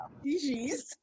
Species